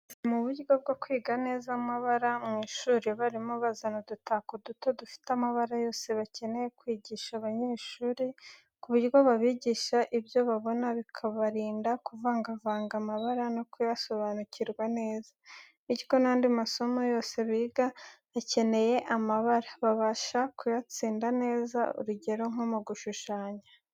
Usanga mu buryo bwo kwiga neza amabara mu ishuri, abarimu bazana udutako duto dufite amabara yose bakeneye kwigisha abanyeshuri, ku buryo babigisha ibyo babona bikabarinda kuvangavanga amabara no kuyasobanukirwa neza. Bityo, n’andi masomo yose biga akeneye amabara, babasha kuyatsinda neza, urugero nko mu gushushanya.